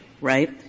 right